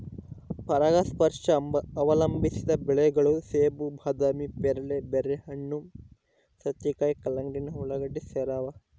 ಪರಾಗಸ್ಪರ್ಶ ಅವಲಂಬಿಸಿದ ಬೆಳೆಗಳು ಸೇಬು ಬಾದಾಮಿ ಪೇರಲೆ ಬೆರ್ರಿಹಣ್ಣು ಸೌತೆಕಾಯಿ ಕಲ್ಲಂಗಡಿ ಉಳ್ಳಾಗಡ್ಡಿ ಸೇರವ